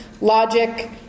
logic